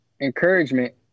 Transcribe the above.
encouragement